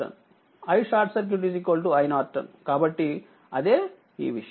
iSC iN కాబట్టిఅదేఈ విషయం